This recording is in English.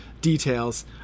details